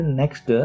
next